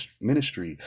ministry